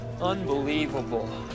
unbelievable